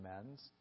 amends